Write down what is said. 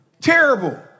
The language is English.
Terrible